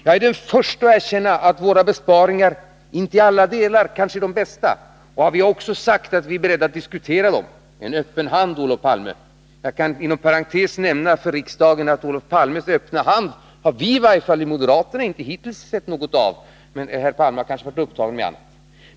Jag är den förste att erkänna att våra besparingar inte i alla delar kanske är de bästa. Vi har också sagt att vi är beredda att diskutera dem. Det är en öppen hand, Olof Palme. Jag kan inom parentes nämna för riksdagen att vi moderater i alla fall hittills inte har sett något av Olof Palmes öppna hand. Men Olof Palme har kanske varit upptagen med annat.